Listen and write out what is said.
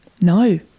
no